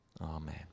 amen